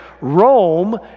Rome